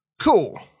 cool